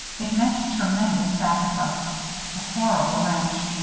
it meant a tremendous sacrifice a horrible wrench.